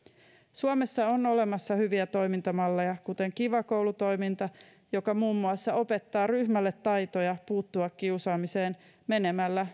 suomessa on olemassa hyviä toimintamalleja kuten kiva koulu toiminta joka muun muassa opettaa ryhmälle taitoja puuttua kiusaamiseen menemällä